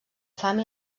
fam